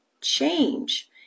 change